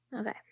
Okay